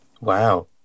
wow